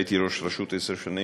הייתי ראש רשות עשר שנים,